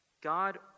God